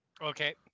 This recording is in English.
Okay